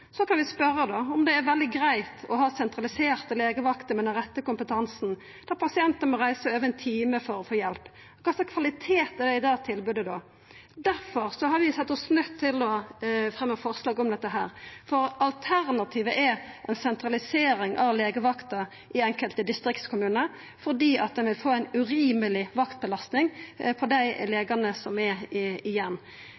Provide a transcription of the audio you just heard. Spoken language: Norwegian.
Så kan vi spørja om det er greitt å ha sentraliserte legevakter med den rette kompetansen, der pasientar må reisa over ein time for å få hjelp. Kva slags kvalitet er det i det tilbodet? Difor har vi sett oss nøydde til å fremja forslag om dette. Alternativet er ei sentralisering av legevakta i enkelte distriktskommunar fordi ein vil få ei urimeleg vaktbelastning på dei